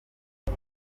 nta